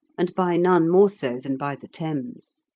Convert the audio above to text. and by none more so than by the thames.